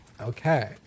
Okay